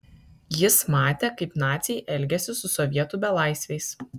jis matė kaip naciai elgiasi su sovietų belaisviais